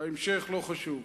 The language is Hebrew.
ההמשך לא חשוב.